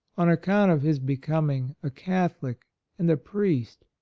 on account of his becoming a catholic and a priest!